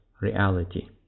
reality